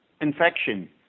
infection